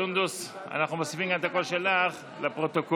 סונדוס, אנחנו מוסיפים את הקול שלך לפרוטוקול.